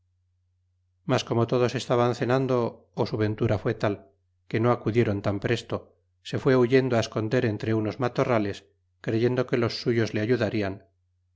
mas como todos estaban cenando su ventura fué tal que no acudiéron tan presto se fué huyendo esconder entre unos matorrales creyendo que los suyos le ayudarian